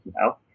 now